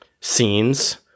scenes